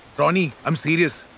ronnie, i am serious.